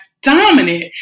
dominant